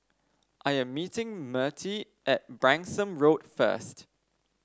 I am meeting Mertie at Branksome Road first